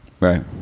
Right